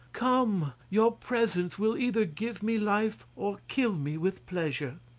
come! your presence will either give me life or kill me with pleasure.